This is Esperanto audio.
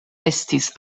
estis